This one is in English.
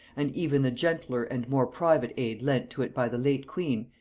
and even the gentler and more private aid lent to it by the late queen,